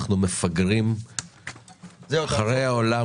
אנחנו מפגרים אחרי העולם